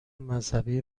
مذهبی